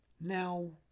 now